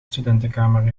studentenkamer